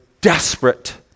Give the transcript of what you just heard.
desperate